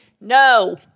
No